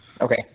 okay